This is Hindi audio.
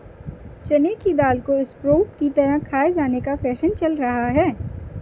चने की दाल को स्प्रोउट की तरह खाये जाने का फैशन चल रहा है